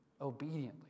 obediently